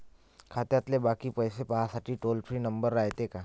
खात्यातले बाकी पैसे पाहासाठी टोल फ्री नंबर रायते का?